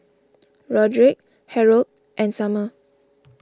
Rodrick Harrold and Summer